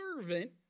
servant